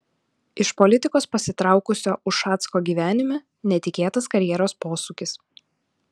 iš politikos pasitraukusio ušacko gyvenime netikėtas karjeros posūkis